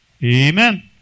Amen